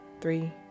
three